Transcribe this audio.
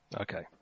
Okay